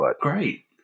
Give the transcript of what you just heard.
Great